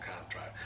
contract